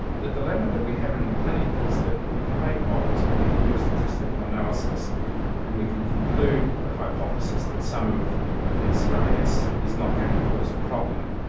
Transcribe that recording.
the dilemma that we have in the clinic is that we can make models and we can do statistical analysis and we can conclude with the hypothesis that some of the dcis is not going to cause a problem.